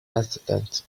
accident